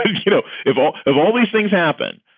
you know if all of all these things happen,